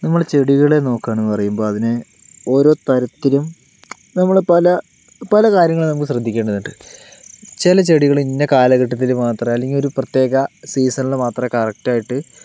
നമ്മൾ ചെടികളെ നോക്കുകയാണെന്ന് പറയുമ്പോൾ അതിന് ഓരോ തരത്തിലും നമ്മൾ പല പല കാര്യങ്ങൾ നമുക്ക് ശ്രദ്ധിക്കേണ്ടതുണ്ട് ചില ചെടികൾ ഇന്ന കാലഘട്ടത്തിൽ മാത്രമേ അല്ലെങ്കിൽ ഒരു പ്രത്യേക സീസണിൽ മാത്രമേ കറക്റ്റ് ആയിട്ട്